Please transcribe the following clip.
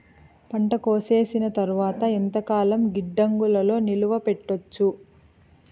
పంట కోసేసిన తర్వాత ఎంతకాలం గిడ్డంగులలో నిలువ పెట్టొచ్చు?